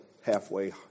halfway